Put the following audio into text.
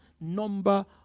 number